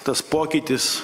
tas pokytis